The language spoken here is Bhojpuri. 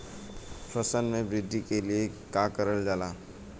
फसल मे वृद्धि के लिए का करल जाला?